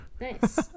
nice